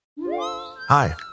Hi